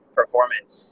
performance